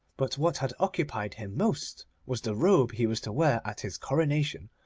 but what had occupied him most was the robe he was to wear at his coronation,